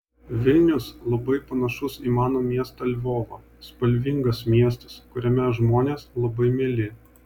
vilnius labai panašus į mano miestą lvovą spalvingas miestas kuriame žmonės labai mieli